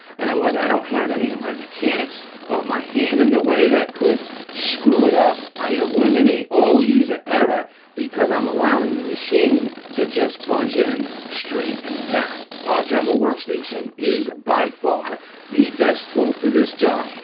in other words, i don't have any of my mechanics of my hand in the way that could screw it up. i eliminate all the user error because i'm allowing the machine to just plunge in straight and down. a dremel workstation is by far the best tool for this job.